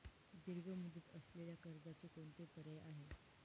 दीर्घ मुदत असलेल्या कर्जाचे कोणते पर्याय आहे?